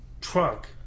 trunk